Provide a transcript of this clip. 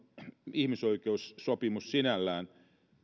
ihmisoikeussopimus sinällään